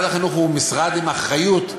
משרד החינוך הוא משרד עם אחריות.